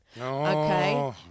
Okay